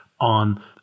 on